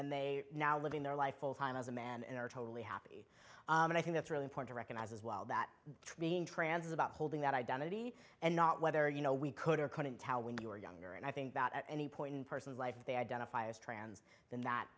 then they now living their life full time as a man and they're totally happy and i think that's really a point to recognize as well that being trans about holding that identity and not whether you know we could or couldn't tell when you were younger and i think that at any point in person's life they identify as trans than that